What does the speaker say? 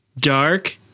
Dark